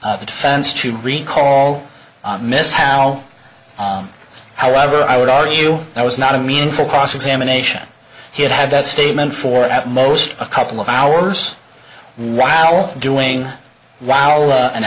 the defense to recall miss how however i would argue that was not a meaningful cross examination he had had that statement for at most a couple of hours while doing the hour an